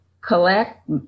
collect